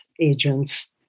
agents